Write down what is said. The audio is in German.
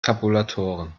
tabulatoren